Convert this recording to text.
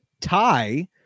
tie